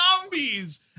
zombies